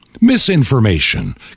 misinformation